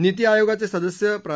निती आयोगाचे सदस्य प्रा